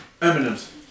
Eminem's